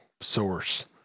source